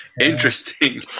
interesting